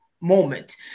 moment